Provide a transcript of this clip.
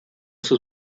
sus